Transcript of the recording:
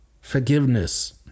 Forgiveness